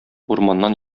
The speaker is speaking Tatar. урманнан